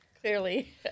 Clearly